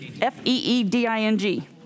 F-E-E-D-I-N-G